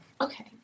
Okay